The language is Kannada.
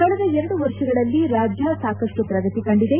ಕಳೆದ ಎರಡು ವರ್ಷಗಳಲ್ಲಿ ರಾಜ್ಯ ಸಾಕಷ್ಟು ಪ್ರಗತಿ ಕಂಡಿದೆ